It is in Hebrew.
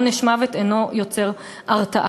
עונש מוות אינו יוצר הרתעה.